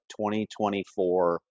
2024